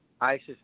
Isis